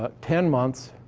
ah ten months,